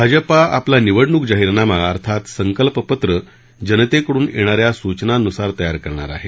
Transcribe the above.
भाजपा आपला निवडणूक जाहीरनामा अर्थात सकल्पपत्र जनतेकडून येणाऱ्या सूचनांनुसार तयार करणार आहे